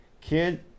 Kid